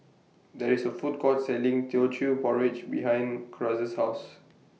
There IS A Food Court Selling Teochew Porridge behind Cruz's House